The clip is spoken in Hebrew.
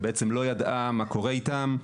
ובעצם לא ידעה מה קורה איתם.